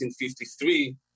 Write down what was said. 1953